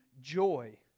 joy